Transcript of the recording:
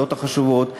בוועדות החשובות.